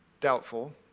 doubtful